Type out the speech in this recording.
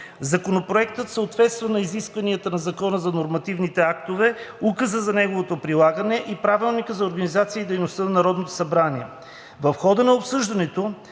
Законопроектът съответства на изискванията на Закона за нормативните актове, Указа за неговото прилагане и на Правилника за организацията